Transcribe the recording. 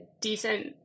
decent